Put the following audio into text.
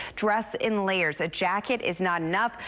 dress in layers. a jacket is not enough.